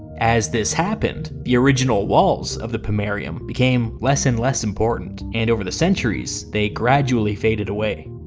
as this happened, the original walls of the pomerium became less and less important, and over the centuries they gradually faded away.